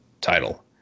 title